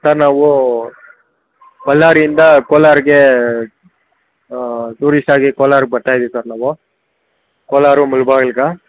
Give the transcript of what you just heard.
sir ನಾವು ಬಳ್ಳಾರಿಯಿಂದ ಕೋಲಾರ್ಗೆ ಟೂರಿಸ್ಟ್ ಆಗಿ ಕೋಲಾರಕ್ಕೆ ಬರ್ತಾ ಇದಿವಿ ಸರ್ ನಾವು ಕೋಲಾರ ಮುಳ್ಬಾಗಿಲ್ಗೆ